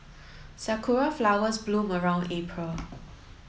sakura flowers bloom around April